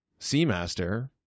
Seamaster